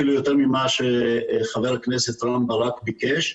אפילו יותר ממה שחבר הכנסת רם בן ברק ביקש.